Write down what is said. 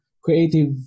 creative